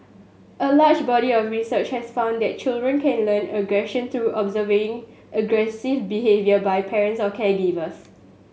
a large body of research has found that children can learn aggression through observing aggressive behaviour by parents or caregivers